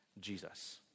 Jesus